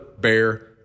Bear